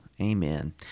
Amen